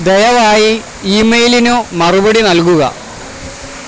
ദയവായി ഇമെയിലിനു മറുപടി നൽകുക